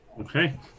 okay